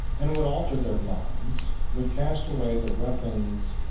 and would alter their minds, would cast away their weapons,